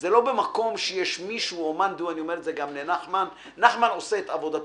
אני אומר את זה גם לנחמן שי, שעושה את עבודתו,